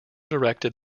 directed